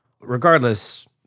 Regardless